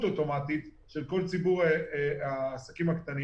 אוטומטית של כל ציבור העסקים הקטנים